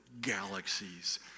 galaxies